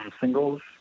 singles